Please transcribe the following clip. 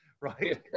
right